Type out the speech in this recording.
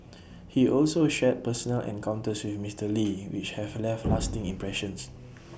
he also shared personal encounters with Mister lee which have left lasting impressions